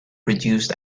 produced